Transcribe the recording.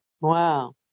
Wow